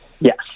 Yes